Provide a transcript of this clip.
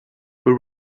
were